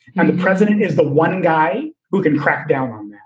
and the president is the one guy who can crack down on